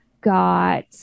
got